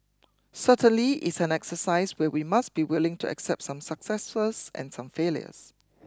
certainly it's an exercise where we must be willing to accept some successes and some failures